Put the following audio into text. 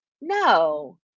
No